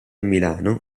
milano